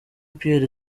pierre